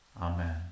Amen